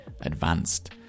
advanced